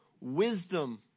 wisdom